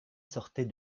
sortait